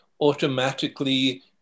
automatically